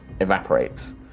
evaporates